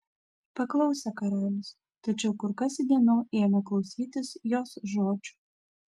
paklausė karalius tačiau kur kas įdėmiau ėmė klausytis jos žodžių